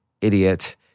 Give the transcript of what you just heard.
idiot